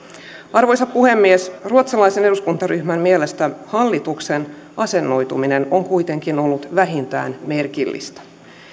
arvoisa puhemies ruotsalaisen eduskuntaryhmän mielestä hallituksen asennoituminen on kuitenkin ollut vähintään merkillistä